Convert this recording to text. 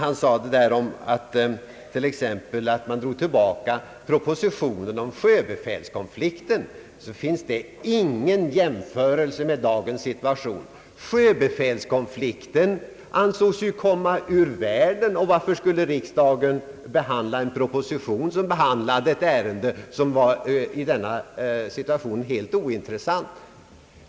Han sade att man t.ex. drog tillbaka propositionen i anledning av sjöbefälskonflikten, men det går inte att jämföra med dagens situation. Sjöbefälskonflikten ansågs ju komma ur världen, och varför skulle riksdagen behandla en proposition i ett ärende som i denna situation var helt ointressant?